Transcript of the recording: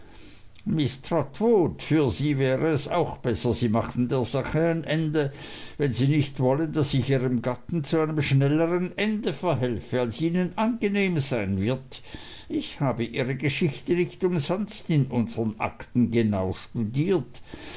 miß trotwood für sie wäre es auch besser sie machten der sache ein ende wenn sie nicht wollen daß ich ihrem gatten zu einem schnellern ende verhelfe als ihnen angenehm sein wird ich habe ihre geschichte nicht umsonst in unsern akten genau studiert